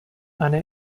eine